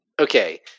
Okay